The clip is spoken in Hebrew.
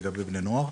לגבי בני נוער.